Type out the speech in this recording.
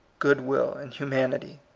good-will, and hu manity.